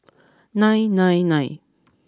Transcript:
nine nine nine